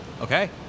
Okay